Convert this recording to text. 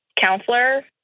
counselor